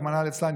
רחמנא ליצלן,